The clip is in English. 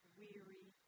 weary